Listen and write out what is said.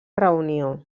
reunió